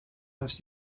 als